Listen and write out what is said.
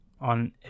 on